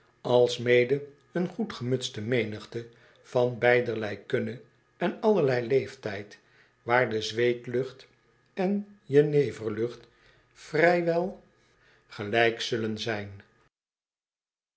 alsmede een goed gemutste menigte van beiderlei kunne en allerlei leeftijd waar de zweetlucht en jeneverlucht vrij wel gelijk zullen zijn